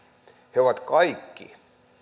he ovat kaikki